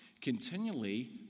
continually